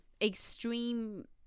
extreme